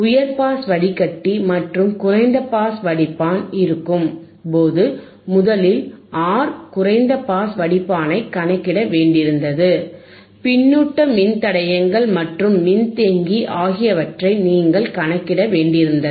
உயர் பாஸ் வடிகட்டி மற்றும் குறைந்த பாஸ் வடிப்பான் இருக்கும் போது முதலில் ஆர் குறைந்த பாஸ் வடிப்பானைக் கணக்கிட வேண்டியிருந்தது பின்னூட்ட மின்தடையங்கள் மற்றும் மின்தேக்கி ஆகியவற்றை நீங்கள் கணக்கிட வேண்டியிருந்தது